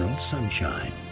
sunshine